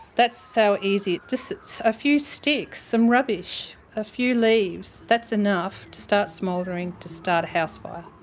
that's so easy just a few sticks some rubbish a few leaves. that's enough to start smouldering. to start a house fire.